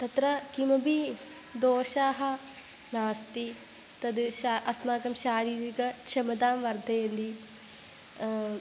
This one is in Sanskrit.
तत्र किमपि दोषाः नास्ति तत् शा अस्माकं शारीरिकक्षमतां वर्धयन्ति